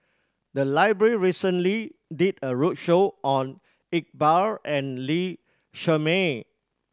the library recently did a roadshow on Iqbal and Lee Shermay